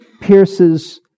pierces